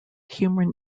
human